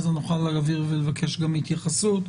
אז נוכל להעביר ולבקש התייחסות.